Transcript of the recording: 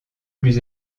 plus